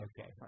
Okay